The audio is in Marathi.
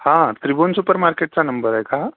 हा त्रिभुवन सुपर मार्केटचा नंबर आहे का हा